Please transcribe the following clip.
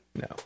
No